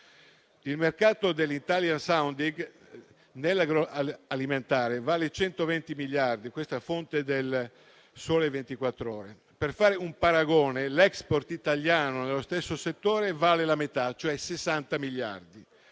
Il mercato dell'*italian sounding* agroalimentare vale 120 miliardi (la fonte è «Il Sole 24 Ore»). Per fare un paragone, l'*export* italiano nello stesso settore vale la metà, cioè 60 miliardi.